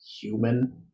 human